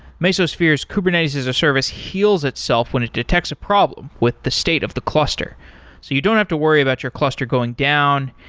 mesosphere's kubernetes-as-a-service heals itself when it detects a problem with the state of the cluster. so you don't have to worry about your cluster going down,